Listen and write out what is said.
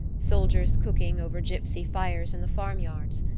soldiers cooking over gypsy fires in the farm-yards.